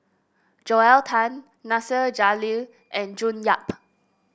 Joel Tan Nasir Jalil and June Yap